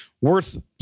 worth